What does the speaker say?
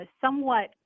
somewhat